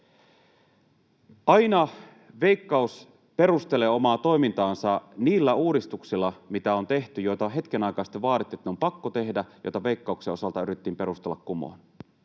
Veik-kaus perustelee aina omaa toimintaansa niillä uudistuksilla, joita on tehty, kun hetken aikaa sitten vaadittiin, että ne on pakko tehdä, vaikka niitä Veikkauksen osalta yritettiin perustella kumoon.